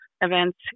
events